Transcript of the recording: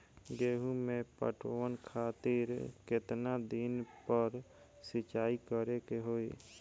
गेहूं में पटवन खातिर केतना दिन पर सिंचाई करें के होई?